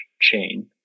chain